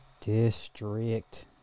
district